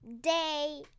day